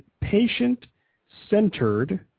patient-centered